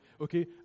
okay